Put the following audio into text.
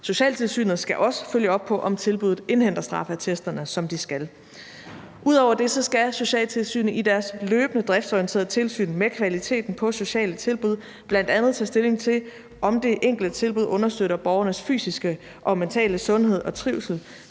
Socialtilsynet skal også følge op på, om tilbuddet indhenter straffeattesterne, som de skal. Ud over det skal Socialtilsynet i deres løbende driftsorienterede tilsyn med kvaliteten på sociale tilbud bl.a. tage stilling til, om det enkelte tilbud understøtter borgernes fysiske og mentale sundhed og trivsel.